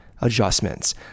adjustments